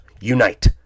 unite